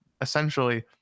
essentially